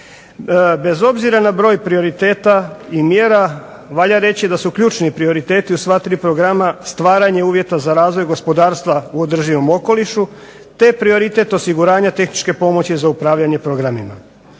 Bez obzira na broj prioriteta i mjera valja reći da su ključni prioriteti u sva tri programa stvaranje uvjeta za razvoj gospodarstva u održivom okolišu te prioritet osiguranja tehničke pomoći za upravljanje programima.